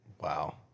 Wow